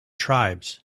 tribes